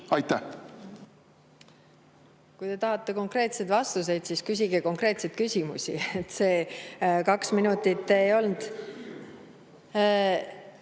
Kui te tahate konkreetseid vastuseid, siis küsige konkreetseid küsimusi. See kaks minutit ei olnud